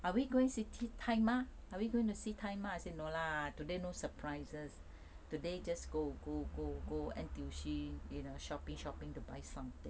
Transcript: are we going to see 太妈 are we're going to see 太妈 no lah today no surprises today just go go go go N_T_U_C you know shopping shopping to buy something